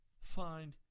find